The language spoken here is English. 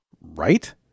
Right